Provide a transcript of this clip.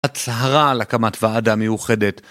הצהרה על הקמת ועדה מיוחדת